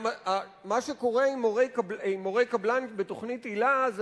מה שקורה עם מורי קבלן בתוכנית היל"ה זה